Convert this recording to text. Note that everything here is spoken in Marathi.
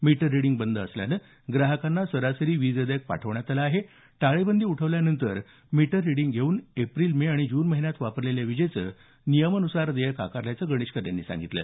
मीटर रिडींग बंद असल्यानं ग्राहकांना सरासरी वीजदेयक पाठवण्यात आलं आहे टाळेबंदी उठवल्यानंतर मीटर रिडींग घेऊन एप्रिल मे आणि जून महिन्यात वापरलेल्या वीजेचं नियमान्सार देयक आकारल्याचं गणेशकर यांनी सांगितलं